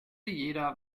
jeder